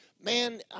Man